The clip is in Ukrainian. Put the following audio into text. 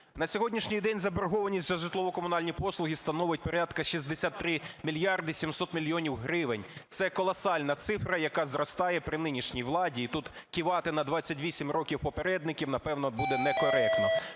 На сьогоднішній день заборгованість за житлово-комунальні послуги становить порядку 63 мільярди 700 мільйонів гривень. Це колосальна цифра, яка зростає при нинішній владі, і тут кивати на 28 років попередників, напевно, буде некоректно.